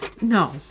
No